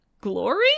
glory